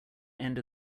end